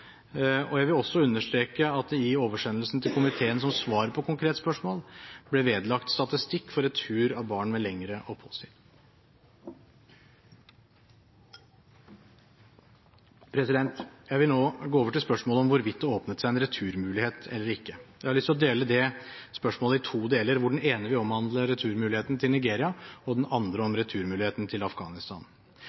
Jeg vil også understreke at det i oversendelsen til komiteen som svar på konkret spørsmål ble vedlagt statistikk for retur av barn med lengre oppholdstid. Jeg vil nå gå over til spørsmålet om hvorvidt det åpnet seg en returmulighet eller ikke. Jeg har lyst til å dele det spørsmålet i to deler, hvor den ene vil omhandle returmuligheten til Nigeria, og den andre returmuligheten til Afghanistan.